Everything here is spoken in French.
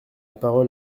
parole